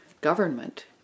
government